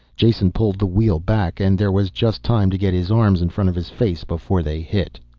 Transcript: jason pulled the wheel back and there was just time to get his arms in front of his face before they hit.